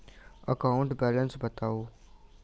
account balance बताउ